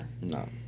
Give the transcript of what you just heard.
No